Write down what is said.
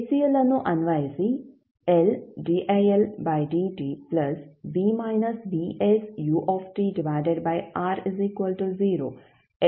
KCL ಅನ್ನು ಅನ್ವಯಿಸಿ ಎಂದು ನಾವು ಬರೆಯಬಹುದು